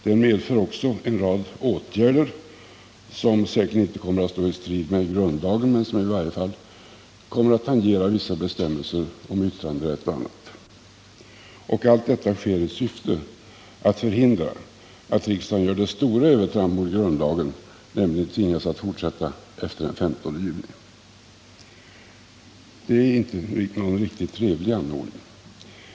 Den medför också en rad åtgärder som säkerligen inte kommer att stå i strid med grundlagen men som i varje fall kommer att tangera vissa bestämmelser om yttranderätt och annät. Allt detta sker i syfte att förhindra att riksdagen gör det stora övertrampet mot grundlagen, nämligen tvingas att fortsätta även efter den 15 juni. Detta är inte någon riktigt trevlig ordning.